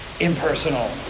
impersonal